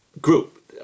group